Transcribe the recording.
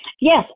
Yes